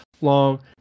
long